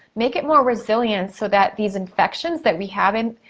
make it more resilient so that these infections that we have, and